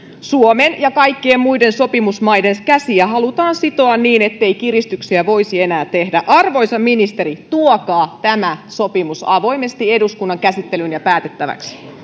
suomen ja kaikkien muiden sopimusmaiden käsiä halutaan sitoa niin ettei kiristyksiä voisi enää tehdä arvoisa ministeri tuokaa tämä sopimus avoimesti eduskunnan käsittelyyn ja päätettäväksi